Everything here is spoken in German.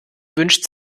wünscht